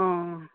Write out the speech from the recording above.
অঁ